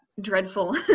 dreadful